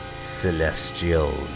celestial